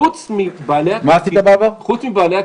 חוץ מבעלי התפקידים